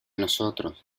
nosotros